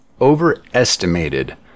overestimated